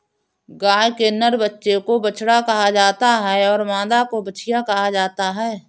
गाय के नर बच्चे को बछड़ा कहा जाता है तथा मादा को बछिया कहा जाता है